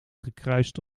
gekruist